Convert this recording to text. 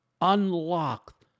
unlock